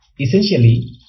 essentially